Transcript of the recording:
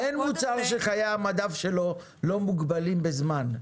אין מוצר שחיי המדף שלו לא מוגבלים בזמן.